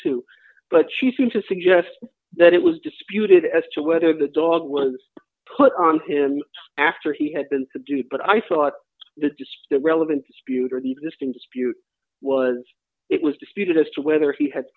too but she seemed to suggest that it was disputed as to whether the dog was put on him after he had been subdued but i thought that just the relevant dispute or the existing dispute was it was disputed as to whether he ha